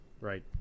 right